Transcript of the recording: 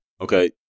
Okay